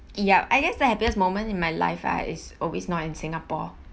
ya I guess the happiest moment in my life like is always not in singapore